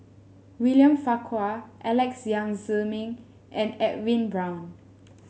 William Farquhar Alex Yam Ziming and Edwin Brown